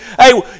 Hey